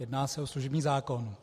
Jedná se o služební zákon.